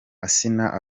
asnah